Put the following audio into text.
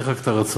צריך רק את הרצון.